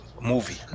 movie